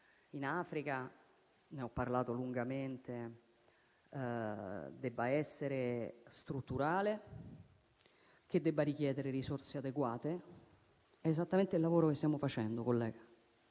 in Africa, di cui ho parlato lungamente, debba essere strutturale e debba richiedere risorse adeguate. È esattamente il lavoro che stiamo facendo, colleghi.